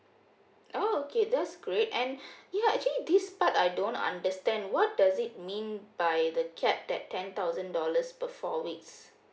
oh okay that's great and ya actually this part I don't understand what does it mean by the capped that ten thousand dollars per four weeks